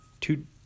two